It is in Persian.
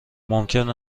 ممکن